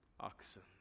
Oxen